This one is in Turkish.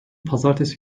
pazartesi